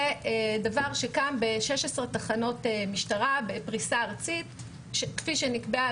זה דבר שקם ב-16 תחנות משטרה בפריסה ארצית כפי שנקבעה.